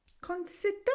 consider